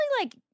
like-